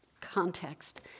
context